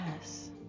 yes